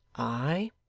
ay,